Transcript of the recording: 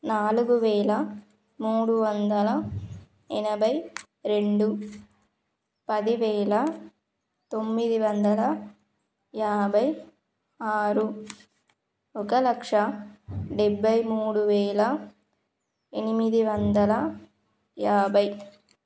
నాలుగు వేల మూడు వందల ఎనభై రెండు పది వేల తొమ్మిది వందల యాభై ఆరు ఒక లక్ష డెబ్భై మూడు వేల ఎనిమిది వందల యాభై